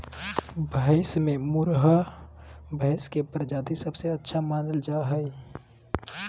भैंस में मुर्राह भैंस के प्रजाति सबसे अच्छा मानल जा हइ